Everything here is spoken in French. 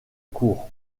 cour